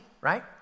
right